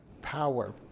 power